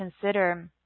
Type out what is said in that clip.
consider